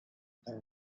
the